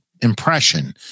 impression